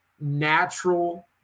natural